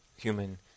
human